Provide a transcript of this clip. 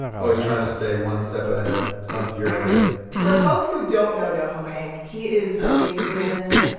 always trying to stay one step ahead of your enemy for folks who don't know noho hank, he is a villain,